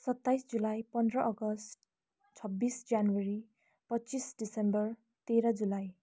सत्ताइस जुलाई पन्ध्र अगस्त छब्बिस जनवरी पच्चिस डिसेम्बर तेह्र जुलाई